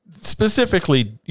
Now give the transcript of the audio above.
specifically